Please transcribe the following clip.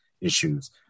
issues